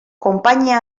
konpainia